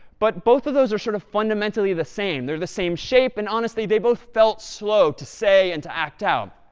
but both of those are sort of fundamentally the same. they're the same shape, and, honestly, they both felt slow to say and to act out.